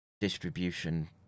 distribution